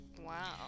Wow